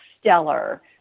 stellar